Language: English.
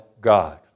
God